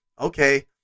okay